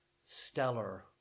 stellar